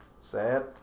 sad